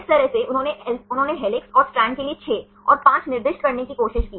इस तरह से उन्होंने हेलिक्स और स्ट्रैंड्स के लिए 6 और 5 निर्दिष्ट करने की कोशिश की